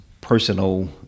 personal